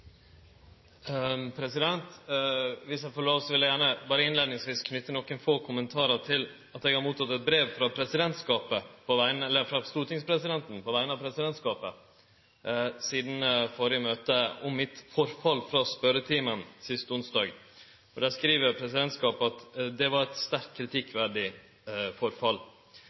eg får lov, vil eg gjerne først få knyte nokre få kommentarar til eit brev eg har motteke frå stortingspresidenten på vegner av presidentskapet om mitt forfall frå spørjetimen sist onsdag. Der skriv presidentskapet at det var eit sterkt kritikkverdig forfall.